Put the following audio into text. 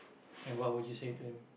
and what would you say to him